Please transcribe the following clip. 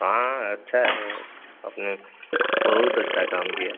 हाँ अच्छा है आपने बहुत अच्छा काम किया